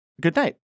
goodnight